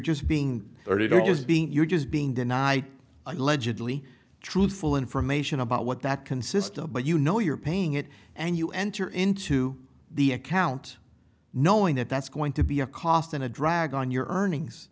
just being there to don't is being you're just being denied legibly truthful information about what that consist of but you know you're paying it and you enter into the account knowing that that's going to be a cost and a drag on your earnings